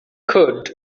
could